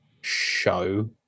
show